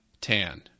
tan